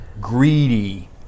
greedy